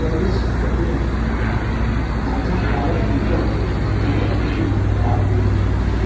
डेलिशन ॼमयल ताजा कारा तूतनि जी पैकेजिंग ख़राब हुई